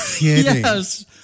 Yes